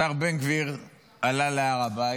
השר בן גביר עלה להר הבית,